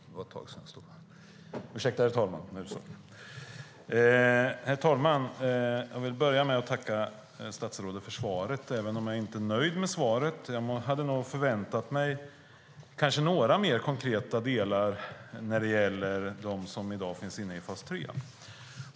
Herr talman! Jag vill börja med att tacka statsrådet för svaret, även om jag inte är nöjd med det. Jag hade nog förväntat mig några mer konkreta delar när det gäller dem som i dag finns inne i fas 3.